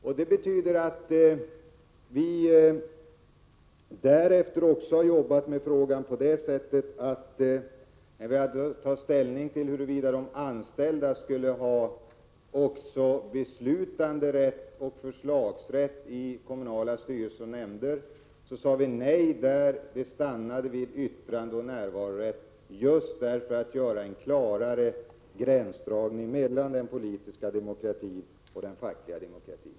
När regeringen därefter hade att ta ställning till frågan om de anställda skulle ha beslutanderätt och förslagsrätt i kommunala styrelser och nämnder sade vi nej. Vi stannade vid yttrandeoch närvarorätt, just för att göra en klarare gränsdragning mellan den politiska och den fackliga demokratin.